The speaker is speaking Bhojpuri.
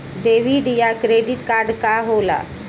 डेबिट या क्रेडिट कार्ड का होला?